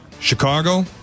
Chicago